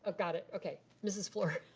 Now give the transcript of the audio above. ah got it, okay. mrs. fluor.